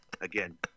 Again